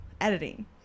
editing